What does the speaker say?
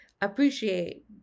appreciate